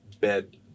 bed